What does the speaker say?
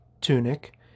tunic